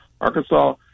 Arkansas